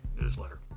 newsletter